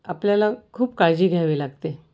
आपल्याला खूप काळजी घ्यावी लागते